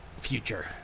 future